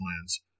plans